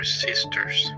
sisters